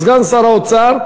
סגן שר האוצר,